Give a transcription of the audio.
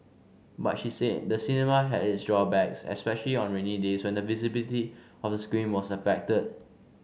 but she said the cinema had its drawbacks especially on rainy days when the visibility of the screen was affected